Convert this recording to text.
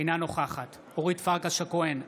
אינה נוכחת אורית פרקש הכהן,